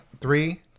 Three